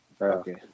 Okay